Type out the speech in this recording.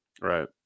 right